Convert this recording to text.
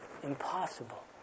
impossible